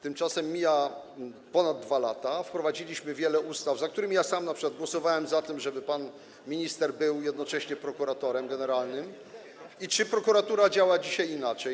Tymczasem mija ponad 2 lata, wprowadziliśmy wiele ustaw, za którymi ja sam głosowałem - np. za tym, żeby pan minister był jednocześnie prokuratorem generalnym, i czy prokuratura działa dzisiaj inaczej?